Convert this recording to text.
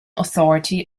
authority